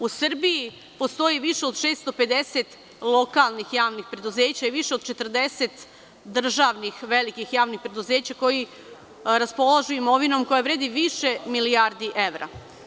U Srbiji postoji više od 650 lokalnih javnih preduzeća i više od 40 državnih velikih javnih preduzeća koji raspolažu imovinom koja vredi više milijardi evra.